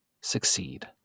succeed